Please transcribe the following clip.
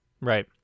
Right